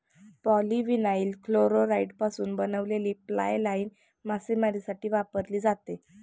polyvinyl क्लोराईडपासून बनवलेली fly line मासेमारीसाठी वापरली जाते